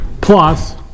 Plus